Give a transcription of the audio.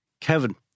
Kevin